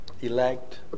elect